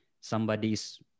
somebody's